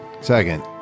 Second